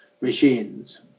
machines